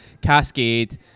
Cascade